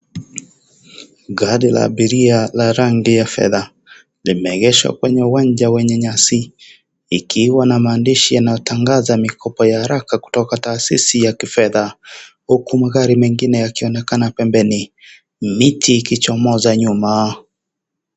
Gari la abiria la rangi la fedha, limeegezwa kwa uwanja wenye nyasi ikiwa na maandishi yanayotangaza mikopo ya haraka kutoka taasisi ya kifedha huku magari mengine yakionekana pembeni, miti ikichomoza nyuma.